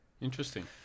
interesting